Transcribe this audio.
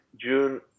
June